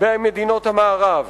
במדינות המערב.